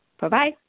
Bye-bye